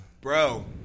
bro